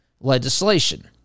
legislation